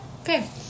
okay